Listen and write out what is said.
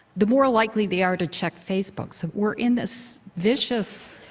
the more likely they are to check facebook. so we're in this vicious,